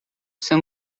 ser